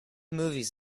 movies